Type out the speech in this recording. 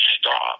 stop